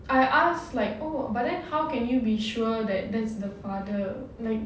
like oh but then how can you be sure that that's the father like